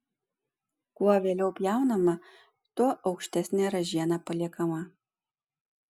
kuo vėliau pjaunama tuo aukštesnė ražiena paliekama